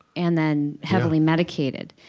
and then heavily medicated.